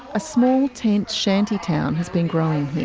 a small tent shanty town has been growing